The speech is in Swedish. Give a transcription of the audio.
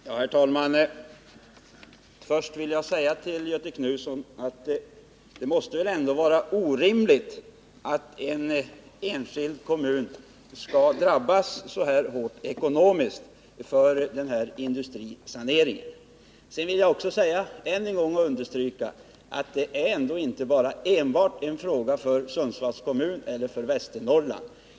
Herr talman! Först vill jag till Göthe Knutson säga att det väl ändå måste vara orimligt att en enskild kommun skall drabbas så hårt ekonomiskt för en industrisanering. Sedan vill jag ännu en gång understryka att det inte enbart är en fråga för Sundsvallskommunen eller Västernorrland.